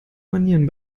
manieren